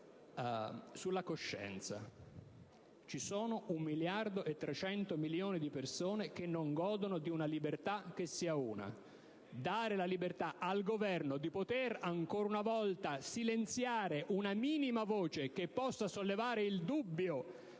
sulla coscienza. Ci sono 1.300 milioni di persone che non godono di una libertà che sia una. Dare la libertà al Governo di poter ancora una volta silenziare una minima voce che possa sollevare il dubbio